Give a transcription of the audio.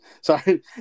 Sorry